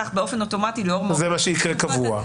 כך באופן אוטומטי -- זה מה שיקרה קבוע.